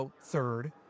third